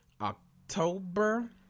October